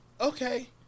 Okay